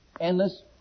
endless